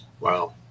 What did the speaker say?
Wow